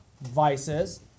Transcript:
vices